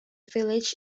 village